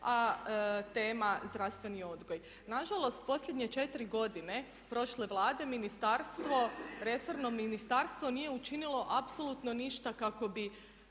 a tema zdravstveni odgoj. Nažalost, posljednje 4 godine prošle Vlade resorno ministarstvo nije učinilo apsolutno ništa kako bi